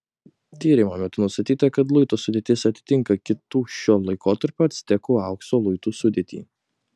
tyrimo metu nustatyta kad luito sudėtis atitinka kitų šio laikotarpio actekų aukso luitų sudėtį